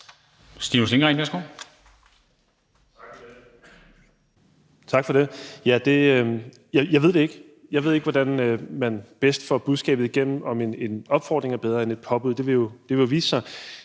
Stinus Lindgreen (RV): Tak for det. Ja, jeg ved ikke, hvordan man bedst får budskabet igennem, om en opfordring er bedre end et påbud. Det vil jo vise sig.